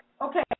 okay